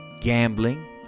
Gambling